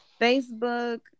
Facebook